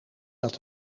dat